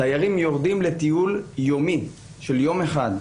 התיירים יורדים לטיול יומי, של יום אחד.